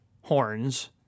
horns